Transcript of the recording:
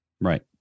Right